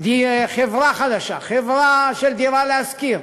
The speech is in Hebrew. חברה חדשה, חברה של "דירה להשכיר".